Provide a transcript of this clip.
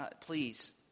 please